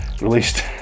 released